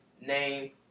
name